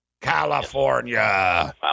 California